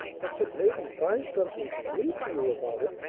i could maybe find something to read to you about it.